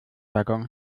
waggons